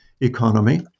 economy